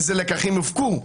איזה לקחים הופקו.